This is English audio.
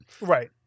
right